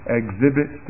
exhibit